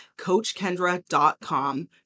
coachkendra.com